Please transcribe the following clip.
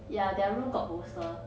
ya their room got bolster